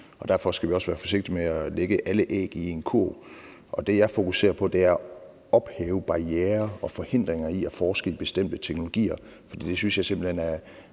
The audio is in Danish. Derfor skal vi også være forsigtige med at lægge alle æg i én kurv. Det, jeg fokuserer på, er at ophæve barrierer og forhindringer for at forske i bestemte teknologier, for jeg synes simpelt hen,